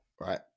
right